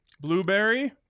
blueberry